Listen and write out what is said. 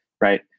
Right